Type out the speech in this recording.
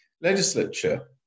legislature